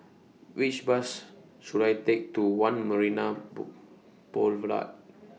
Which Bus should I Take to one Marina Boulevard